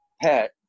pet